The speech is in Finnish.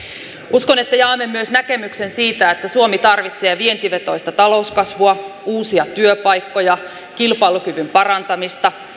uskon että jaamme myös näkemyksen siitä että suomi tarvitsee vientivetoista talouskasvua uusia työpaikkoja kilpailukyvyn parantamista